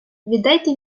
віддайте